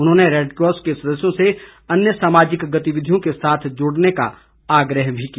उन्होंने रेडक्रॉस के सदस्यों से अन्य सामाजिक गतिविधियों के साथ जुड़ने का आग्रह भी किया